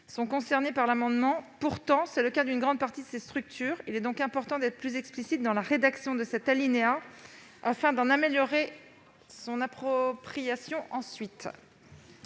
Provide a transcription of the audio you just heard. sont concernées par l'article. Pourtant, c'est le cas d'une grande partie de ces structures. Il est donc important d'être plus explicite dans la rédaction de cet alinéa afin d'en améliorer, ensuite, son appropriation.